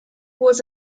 was